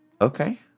Okay